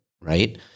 right